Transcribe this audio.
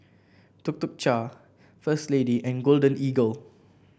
Tuk Tuk Cha First Lady and Golden Eagle